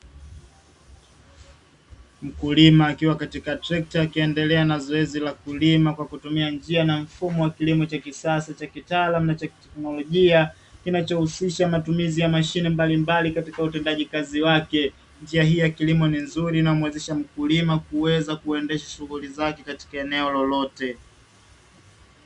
Mkulima akiwa katika trekta akiendelea na zoezi la kulima kwa kutumia njia na mfumo wa kilimo cha kisasa na cha kitaalamu na teknolojia, kinachohususha matumizi ya mashine mbalimbali katika utendaji kazi wake. Njia hii ya kilimo ni nzuri inayomwezesha mkulima kuweza kuendeshea shunghuli zake katika eneo lolote.